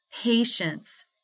patience